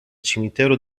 cimitero